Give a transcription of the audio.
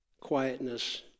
quietness